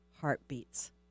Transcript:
Heartbeats